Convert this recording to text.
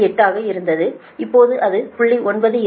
8 ஆக இருந்தது இப்போது அது 0